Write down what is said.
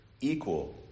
equal